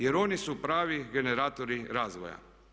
Jer oni su pravi generatori razvoja.